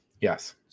Yes